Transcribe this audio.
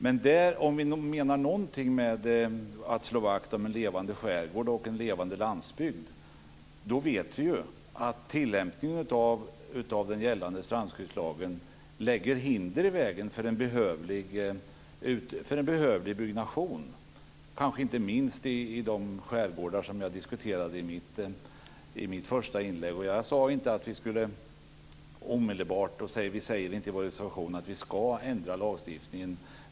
Men om vi menar någonting med att slå vakt om en levande skärgård och en levande landsbygd, då lägger tillämpningen av den gällande strandskyddslagstiftningen hinder i vägen för en behövlig byggnation, kanske inte minst i de skärgårdar som jag talade om i mitt första inlägg. Vi säger inte i vår reservation att lagstiftningen ska ändras.